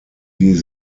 die